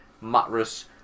mattress